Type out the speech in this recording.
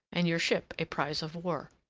and your ship a prize of war.